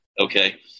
Okay